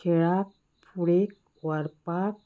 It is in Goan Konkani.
खेळाक फुडें व्हरपाक